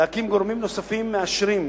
להקים גורמים נוספים מאשרים,